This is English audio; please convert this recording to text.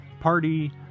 Party